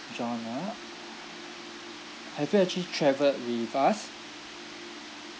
john ah have you actually travelled with us